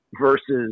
versus